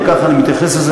ולכן אני מתייחס לזה,